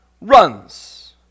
runs